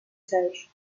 sage